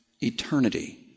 eternity